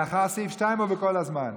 לאחר סעיף 2 או בכל הזמן?